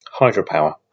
hydropower